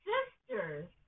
Sisters